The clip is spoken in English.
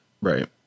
Right